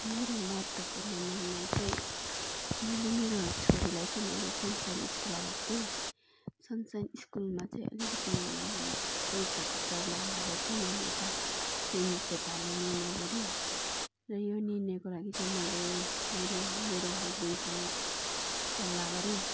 मेरो महत्त्वपूर्ण निर्णय चाहिँ मैले मेरो छोरीलाई चाहिँ मैले सनसाइन स्कुल हालेको थिएँ सनसाइन स्कुलमा चाहिँ अलिकति पैसाको प्रबलम भएर चाहिँ मैले यता सेन्ट जोसेफ हाल्ने निर्णय गरेँ र यो निर्णयको लागि चाहिँ मैले मैले मेरो हस्बेन्डसँग सल्लाह गरेँ